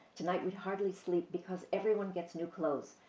tonight we'd hardly sleep because everyone gets new clothes,